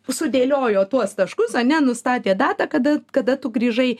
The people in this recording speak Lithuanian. sudėliojo tuos taškus ane nustatė datą kada kada tu grįžai